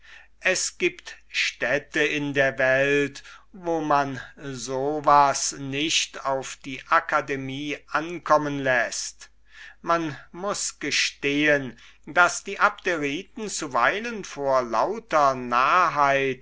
es gibt städte in der welt wo man so was nicht auf die akademie ankommen läßt man muß gestehen daß die abderiten zuweilen vor lauter